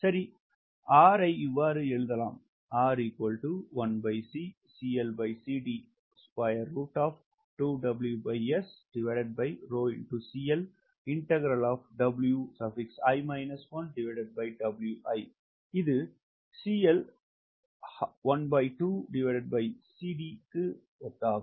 சரி R ஐ இவ்வாறு எழுதலாம் இது ஒத்தாகும்